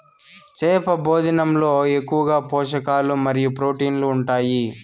చేప భోజనంలో ఎక్కువగా పోషకాలు మరియు ప్రోటీన్లు ఉంటాయి